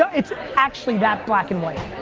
it's actually that black and white.